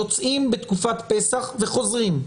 יוצאים בתקופת פסח וחוזרים.